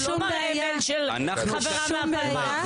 הוא לא מראה מייל של חברה מה --- אין שום בעיה,